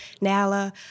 NALA